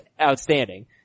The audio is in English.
outstanding